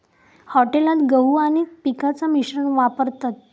हॉटेलात गहू आणि पिठाचा मिश्रण वापरतत